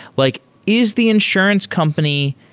like is the insurance company,